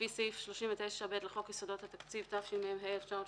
לפי סעיף 39ב לחוק יסודות התקציב, התשמ"ה-1985,